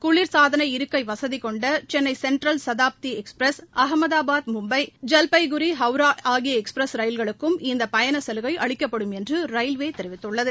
குளிர்சாதன இருக்கை வசதி கொண்ட சென்னை சென்ட்ரல் சதாப்தி எக்ஸ்பிரஸ் அகமதாபாத் மும்பை ஜவ்பேக்குறி ஹவரா ஆகிய எக்ஸ்பிரஸ் ரயில்களுக்கும் இந்த பயணச் சலுகை அளிக்கப்படும் என்று ரயில்வே தெரிவித்துள்ளது